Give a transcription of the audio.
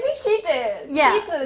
she did. yeah so